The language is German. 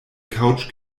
couch